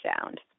sound